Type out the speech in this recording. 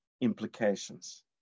implications